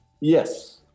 Yes